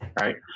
Right